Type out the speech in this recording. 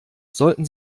sollten